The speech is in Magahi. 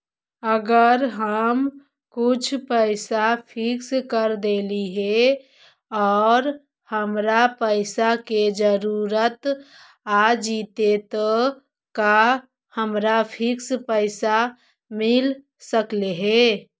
अगर हम कुछ पैसा फिक्स कर देली हे और हमरा पैसा के जरुरत आ जितै त का हमरा फिक्स पैसबा मिल सकले हे?